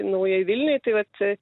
naujoj vilnioj tai vat